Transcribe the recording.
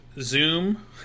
Zoom